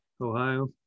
Ohio